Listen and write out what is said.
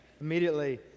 Immediately